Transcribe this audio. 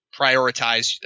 prioritize